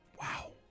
Wow